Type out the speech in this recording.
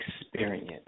experience